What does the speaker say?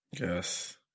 yes